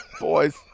Boys